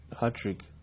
Hat-trick